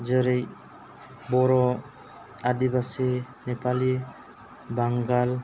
जेरै बर' आदिबासि नेपालि बांगाल